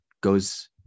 goes